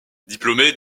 diplômée